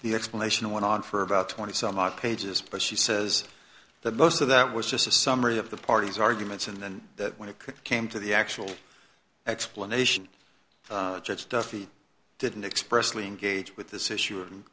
the explanation went on for about twenty some odd pages but she says that most of that was just a summary of the party's arguments and then that when it came to the actual explanation judge duffy didn't express lane gauge with this issue